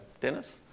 Dennis